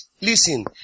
Listen